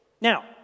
Now